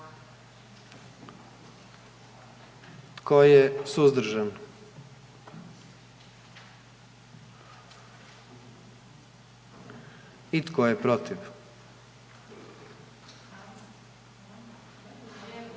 Tko je suzdržan? I tko je protiv?